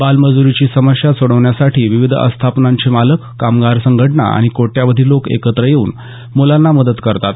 बालमजूरीची समस्या सोडवण्यासाठी विविध आस्थापनांचे मालक कामगार संघटना आणि कोट्यावधी लोक एकत्र येऊन मुलांना मदत करतात